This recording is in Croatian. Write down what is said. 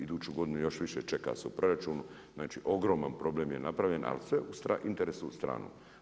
Iduću godinu još više čeka se u proračunu, znači ogroman problem je napravljen ali sve u interesu stranom.